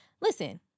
Listen